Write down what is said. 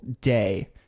day